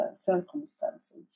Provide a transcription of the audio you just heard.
circumstances